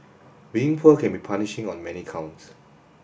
being poor can be punishing on many counts